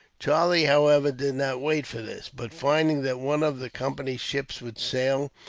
charlie, however, did not wait for this but, finding that one of the company's ships would sail,